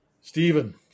Stephen